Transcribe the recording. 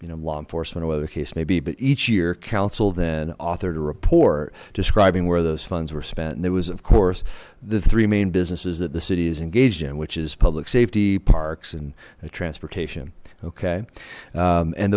you know law enforcement or whether case maybe but each year council then authored a report describing where those funds were spent and there was of course the three main businesses that the city is engaged in which is public safety parks and transportation okay